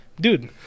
dude